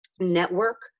network